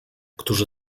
którzy